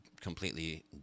completely